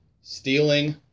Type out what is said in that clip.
stealing